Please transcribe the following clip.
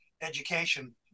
education